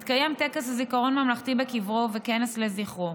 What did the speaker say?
יתקיים טקס זיכרון ממלכתי בקברו וכנס לזכרו,